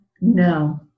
No